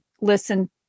listen